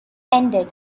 ended